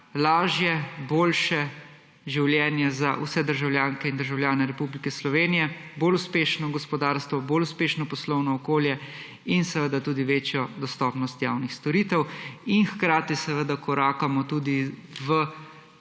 lažje, boljše življenje za vse državljanke in državljane Republike Slovenije bolj uspešno gospodarstvo, bolj uspešno poslovno okolje in seveda tudi večjo dostopnost javnih storitev in hkrati korakamo tudi v